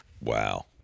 wow